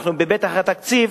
אנחנו בפתח התקציב,